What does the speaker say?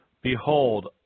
Behold